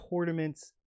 tournaments